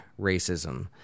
racism